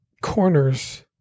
corners